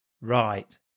Right